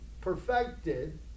perfected